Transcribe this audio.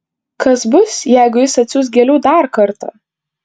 kas bus jeigu jis atsiųs gėlių dar kartą